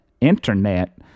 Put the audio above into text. internet